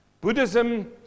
Buddhism